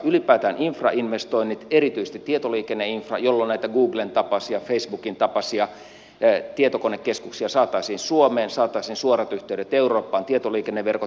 ylipäätään infrainvestoinnit erityisesti tietoliikenneinfra jolloin näitä googlen tapaisia facebookin tapaisia tietokonekeskuksia saataisiin suomeen saataisiin suorat yhteydet eurooppaan tietoliikenneverkot